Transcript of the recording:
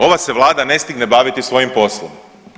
Ova se vlada ne stigne baviti svojim poslom.